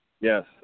Yes